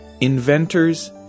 inventors